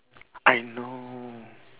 I know